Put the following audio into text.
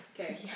Okay